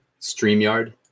StreamYard